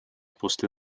после